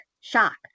shock